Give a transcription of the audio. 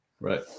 Right